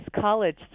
college